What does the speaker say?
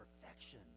perfection